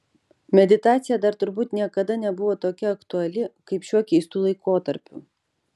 meditacija dar turbūt niekada nebuvo tokia aktuali kaip šiuo keistu laikotarpiu